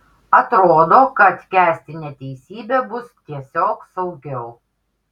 atrodo kad kęsti neteisybę bus tiesiog saugiau